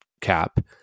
cap